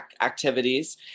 activities